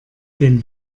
den